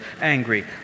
angry